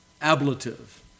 ablative